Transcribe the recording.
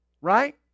Right